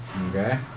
Okay